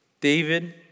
David